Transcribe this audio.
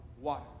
water